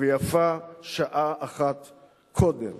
ויפה שעה אחת קודם.